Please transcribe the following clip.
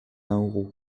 nauru